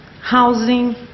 housing